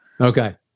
okay